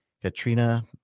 Katrina